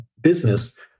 business